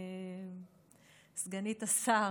סגנית השר